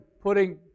putting